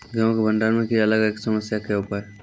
गेहूँ के भंडारण मे कीड़ा लागय के समस्या के उपाय?